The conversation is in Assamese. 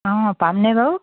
অঁ পামনে বাাৰু